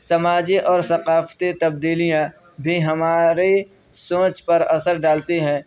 سماجی اور ثقافتی تبدیلیاں بھی ہمارے سوچ پر اثر ڈالتی ہیں